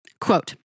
Quote